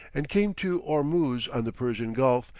and came to ormuz on the persian gulf,